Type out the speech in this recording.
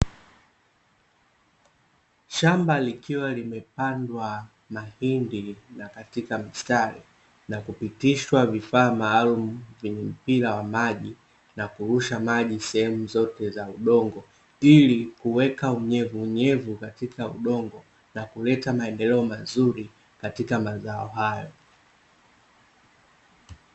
Shamba likiwa limepandwa mahindi na katika mstari na kupitishwa vifaa maalumu vyenye mpira wa maji, na kurusha maji sehemu zote za udongo ili kuweka unyevu unyevu katika udongo na kuleta maendeleo mazuri katika mazao haya.